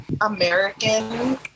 american